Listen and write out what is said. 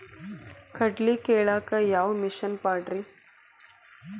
ಕಡ್ಲಿ ಕೇಳಾಕ ಯಾವ ಮಿಷನ್ ಪಾಡ್ರಿ?